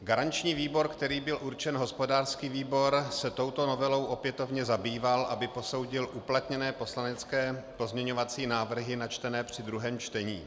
Garanční výbor, kterým byl určen hospodářský výbor, se touto novelou opětovně zabýval, aby posoudil uplatněné poslanecké pozměňovací návrhy načtené při druhém čtení.